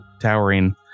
towering